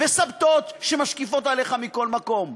וסבתות שמשקיפות עליך מכל מקום.